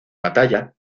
batalla